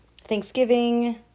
Thanksgiving